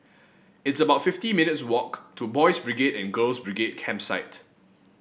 it's about fifty minutes' walk to Boys' Brigade and Girls' Brigade Campsite